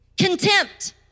Contempt